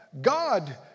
God